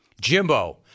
Jimbo